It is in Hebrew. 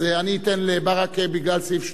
אז אני אתן לברכה בגלל סעיף 30,